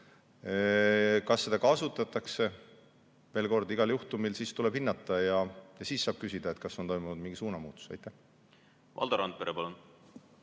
Kas seda kasutatakse? Veel kord, igat juhtumit tuleb hinnata ja siis saab küsida, kas on toimunud mingi suunamuutus. Valdo Randpere, palun!